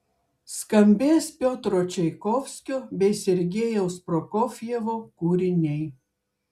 skambės piotro čaikovskio bei sergejaus prokofjevo kūriniai